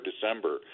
December